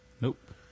Nope